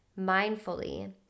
mindfully